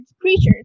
creatures